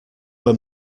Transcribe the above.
were